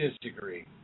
disagree